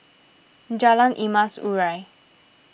Jalan Emas Urai